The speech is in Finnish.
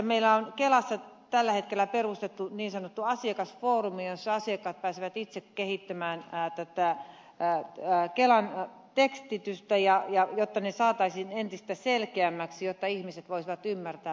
meillä on kelassa tällä hetkellä perustettu niin sanottu asiakasfoorumi jossa asiakkaat pääsevät itse kehittämään tätä kelan tekstitystä jotta se saataisiin entistä selkeämmäksi jotta ihmiset voisivat ymmärtää päätöstensä sisällön